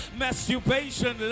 masturbation